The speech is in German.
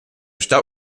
starb